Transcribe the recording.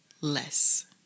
less